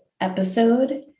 episode